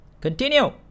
Continue